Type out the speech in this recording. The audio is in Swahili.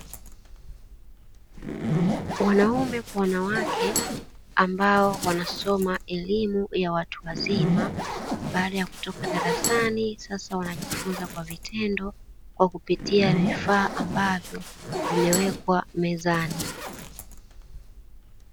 Wanaume kwa wanawake ambao wanasoma elimu ya watu wazima, baada ya kutoka darasani sasa wanajifunza kwa vitendo kwa kupitia vifaa ambavyo vimewekwa mezani.